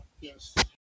yes